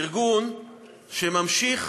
ארגון שממשיך